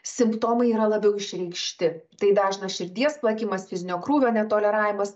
simptomai yra labiau išreikšti tai dažnas širdies plakimas fizinio krūvio netoleravimas